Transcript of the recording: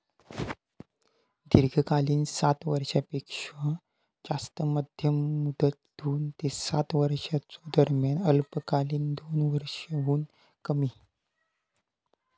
दीर्घकालीन सात वर्षांपेक्षो जास्त, मध्यम मुदत दोन ते सात वर्षांच्यो दरम्यान, अल्पकालीन दोन वर्षांहुन कमी